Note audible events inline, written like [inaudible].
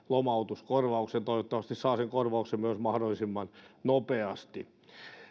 [unintelligible] lomautuskorvauksen ja toivottavasti myös saa sen korvauksen mahdollisimman nopeasti